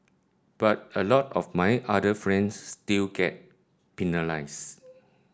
but a lot of my other friends still get penalised